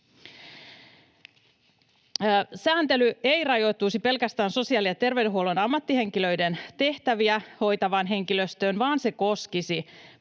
Sääntely ei rajoittuisi pelkästään sosiaali‑ ja terveydenhuollon ammattihenkilöiden tehtäviä hoitavaan henkilöstöön, vaan se koskisi